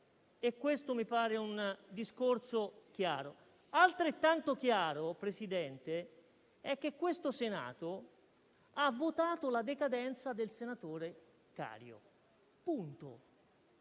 e questo mi pare un discorso chiaro. Altrettanto chiaro, Presidente, è che questo Senato ha votato la decadenza del senatore Cario: questo